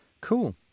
Cool